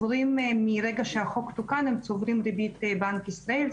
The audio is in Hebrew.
ומרגע שהחוק תוקן הם צוברים ריבית בבנק ישראל,